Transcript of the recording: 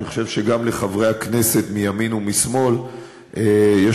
אני חושב שגם לחברי הכנסת מימין ומשמאל יש